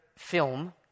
film